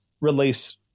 release